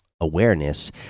awareness